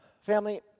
family